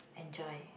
enjoy